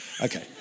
Okay